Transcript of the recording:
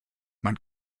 man